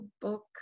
book